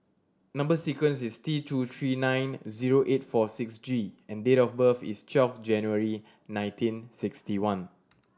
number sequence is T two three nine zero eight four six G and date of birth is twelve January nineteen sixty one